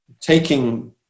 taking